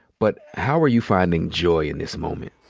but how are you finding joy in this moment?